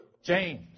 James